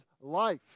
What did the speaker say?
life